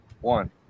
One